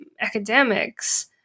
academics